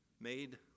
made